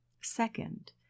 Second